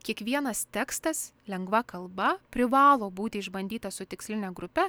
kiekvienas tekstas lengva kalba privalo būti išbandytas su tiksline grupe